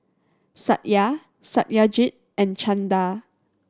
Satya Satyajit and Chanda